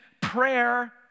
prayer